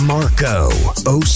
Marco